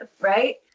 right